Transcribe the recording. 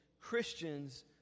Christians